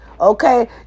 Okay